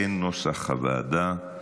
כנוסח הוועדה.